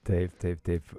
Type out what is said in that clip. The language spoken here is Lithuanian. taip taip taip